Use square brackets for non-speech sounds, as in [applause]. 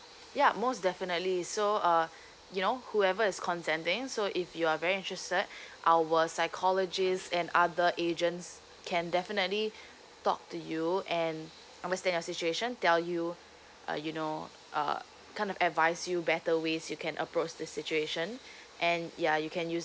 ya most definitely so uh you know whoever is consenting so if you are very interested [breath] our psychologist and other agents can definitely talk to you and understand your situation tell you uh you know uh kind of advice you better ways you can approach the situation [breath] and ya you can use